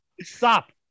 Stop